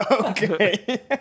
okay